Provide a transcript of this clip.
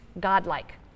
godlike